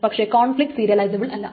പക്ഷെ conflict serialisable അല്ല